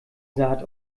saat